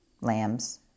lambs